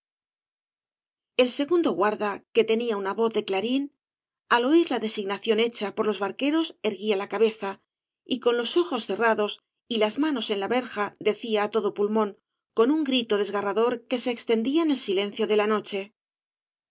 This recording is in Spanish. el segundo guarda que tenía una vez de clarín al oir la designación hecha por los barqueros erguía la cabeza y con los ojos cerrados y las manos en la verja decía á todo pulmón con un grito desgarrador que se extendía en el silencio de la nocho